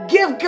Give